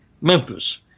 Memphis